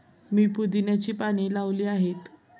मी पुदिन्याची पाने लावली आहेत